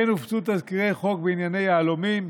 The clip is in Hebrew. כמו כן הופצו תזכירי חוק בענייני יהלומים,